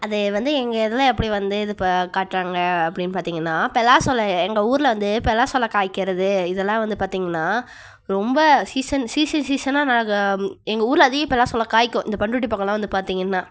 அது வந்து எங்கள் இதில் எப்படி வந்து இது இப்போ காட்டுறாங்க அப்படின்னு பார்த்தீங்கன்னா பலாசொல எங்கள் ஊரில் வந்து பலாசொல காய்க்கிறது இதெல்லாம் வந்து பார்த்தீங்கன்னா ரொம்ப சீசன் சீசன் சீசனா நாங்கள் எங்கள் ஊரில் அதிக பலாசொல காய்க்கும் இந்த பண்ரூட்டி பக்கம்லாம் வந்து பார்த்தீங்கன்னா